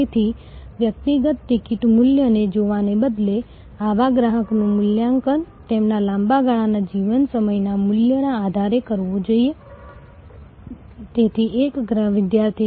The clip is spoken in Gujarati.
તેથી તમે પ્રાપ્તિને બદલે જાળવણી પર વધુ ભાર મૂકશો તમે કાર્યકારી તેમજ નાણાકીય રીતે વધુ સારા રહેશો